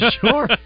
sure